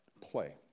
play